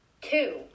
Two